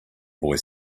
boy